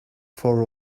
for